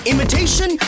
Imitation